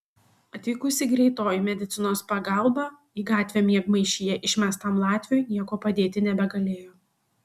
atvykusi greitoji medicinos pagalba į gatvę miegmaišyje išmestam latviui niekuo padėti nebegalėjo